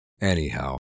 Anyhow